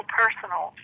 personal